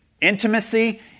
intimacy